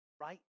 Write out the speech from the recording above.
right